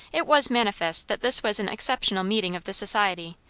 it was manifest that this was an exceptional meeting of the society,